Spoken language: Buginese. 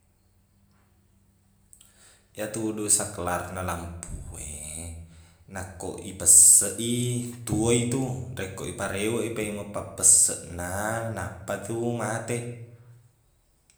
Iyetu du sakralna lampu e nakko ipesseq i tuo i tu rekko ipareweq i paimeng pappesseqna nappa tu mate